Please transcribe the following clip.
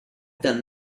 done